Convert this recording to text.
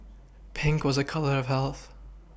Pink was a colour of health